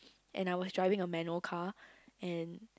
and I was driving a manual car and